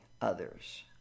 others